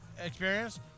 experience